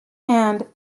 and